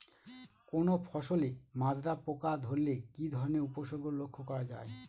কোনো ফসলে মাজরা পোকা ধরলে কি ধরণের উপসর্গ লক্ষ্য করা যায়?